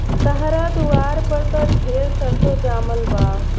तहरा दुआर पर त ढेरे सरसो जामल बा